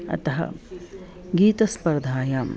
अतः गीतस्पर्धायां